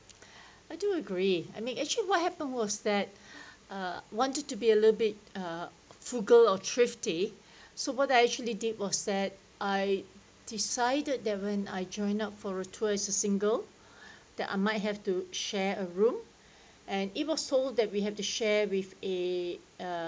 I do agree I mean actually what happened was that uh wanted to be a little bit uh frugal or thrifty so what I actually did was that I decided that when I join up for tour as a single that I might have to share a room and it was told that we have to share with a